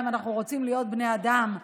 אם אנחנו רוצים להיות בני אדם,